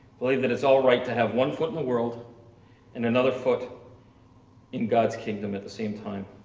believe that it's alright to have one foot in the world and another foot in god's kingdom at the same time.